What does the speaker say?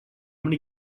gonna